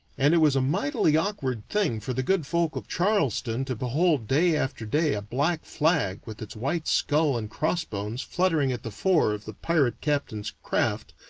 and it was a mightily awkward thing for the good folk of charleston to behold day after day a black flag with its white skull and crossbones fluttering at the fore of the pirate captain's craft,